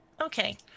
Okay